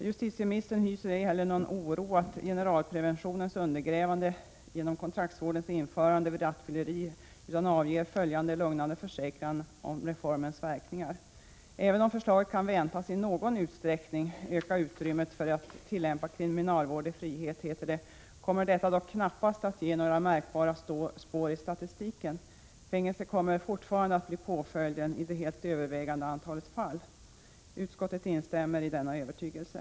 Justitieministern hyser ej heller någon oro för generalpreventionens undergrävande genom kontraktsvårdens införande vid rattfylleri, utan avger följande lugnande försäkran om reformens verkningar: Även om förslaget kan väntas ”i någon utsträckning” öka utrymmet för att tillämpa kriminalvård i frihet kommer detta dock ”knappast att ge några märkbara spår i statistiken”. Fängelse kommer fortfarande att bli påföljden i det helt övervägande antalet fall. Utskottet delar denna övertygelse.